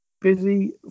busy